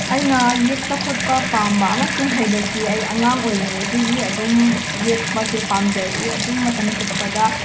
ꯑꯩꯅꯥ ꯌꯦꯛꯄ ꯈꯣꯠꯄ ꯄꯥꯝꯕ ꯑꯃꯁꯨꯡ ꯍꯩꯕꯁꯤ ꯑꯩ ꯑꯉꯥꯡ ꯑꯣꯏꯔꯤꯉꯩꯗꯒꯤ ꯑꯗꯨꯝ ꯌꯦꯛꯄꯁꯦ ꯄꯥꯝꯖꯔꯛꯏ ꯑꯗꯨꯝ ꯃꯇꯝ ꯆꯨꯞꯄꯗ